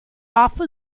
off